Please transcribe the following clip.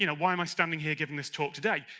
you know why am i standing here giving this talk today?